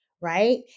right